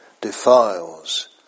defiles